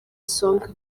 song